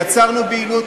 יצרנו בהילות,